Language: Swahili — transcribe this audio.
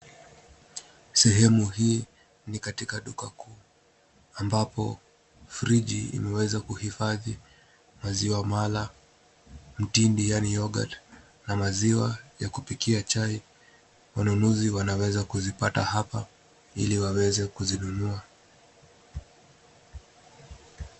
Sehemu hii ni katika duka kuu, ambapo friji imeweza kuhifadhi: maziwa mala, mtindi yaani yoghurt na maziwa ya kupikia chai. Wanunuzi wanaweza kuzipata hapa ili waweze kuzinunua.